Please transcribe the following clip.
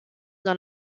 dans